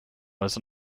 was